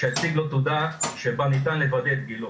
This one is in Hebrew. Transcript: שיציג לו תעודה שבה ניתן לוודא את גילו.